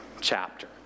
chapter